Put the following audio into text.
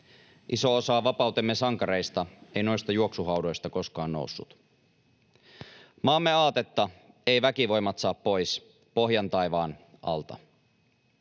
Iso osa vapautemme sankareista ei noista juoksuhaudoista koskaan noussut. Maamme aatetta ei väkivoimat saa pois Pohjan taivaan alta.